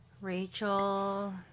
Rachel